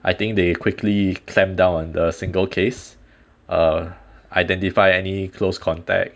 I think they quickly clamp down on the single case uh identify any close contact